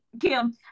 Kim